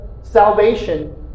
salvation